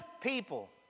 people